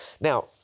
Now